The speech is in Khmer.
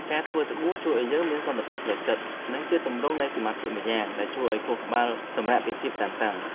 ការធ្វើសាប៊ូជួយឱ្យយើងមានសន្តិភាពផ្លូវចិត្ត និងជាទម្រង់នៃសមាធិម្យ៉ាង ដែលជួយឱ្យខួរក្បាលសម្រាកពីភាពតានតឹង។